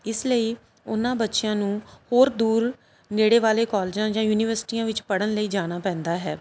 ਇਸ ਲਈ ਉਹਨਾਂ ਬੱਚਿਆਂ ਨੂੰ ਹੋਰ ਦੂਰ ਨੇੜੇ ਵਾਲੇ ਕੋਲਜਾਂ ਜਾਂ ਯੂਨੀਵਰਸਿਟੀਆਂ ਵਿੱਚ ਪੜ੍ਹਨ ਲਈ ਜਾਣਾ ਪੈਂਦਾ ਹੈ